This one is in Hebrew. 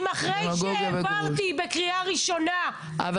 אם אחרי שהעברתי בקריאה ראשונה --- אבל